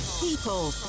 people